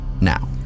now